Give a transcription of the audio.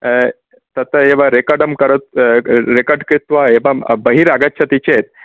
तत् एव रेकार्डं कर् रेकार्ड् कृत्वा एवं बहिरागच्छति चेत्